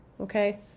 okay